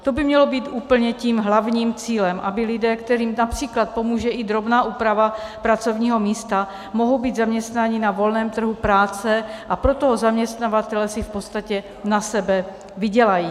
To by mělo být úplně tím hlavním cílem, aby lidé, kterým například pomůže i drobná úprava pracovního místa, mohou být zaměstnaní na volném trhu práce a pro toho zaměstnavatele si v podstatě na sebe vydělají.